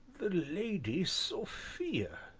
the lady sophia,